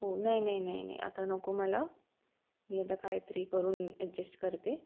हो नाही नाही नाही नाही आता नको मला मी आता कायतरी करून ॲडजस्ट करते